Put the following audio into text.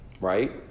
right